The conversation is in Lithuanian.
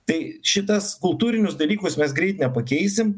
tai šitas kultūrinius dalykus mes greit nepakeisim